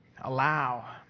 allow